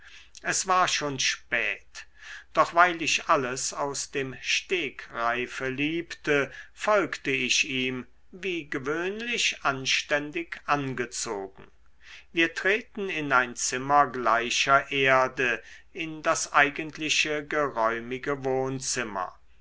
es war schon spät doch weil ich alles aus dem stegreife liebte folgte ich ihm wie gewöhnlich anständig angezogen wir treten in ein zimmer gleicher erde in das eigentliche geräumige wohnzimmer